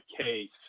case